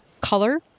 color